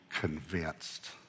convinced